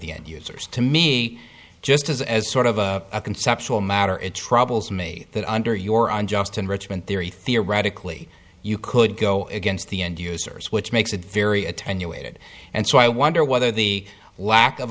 the end users to me just as as sort of a conceptual matter it troubles me that under your unjust enrichment theory theoretically you could go against the end users which makes it very attenuated and so i wonder whether the lack of